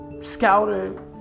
scouter